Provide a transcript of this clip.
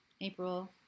April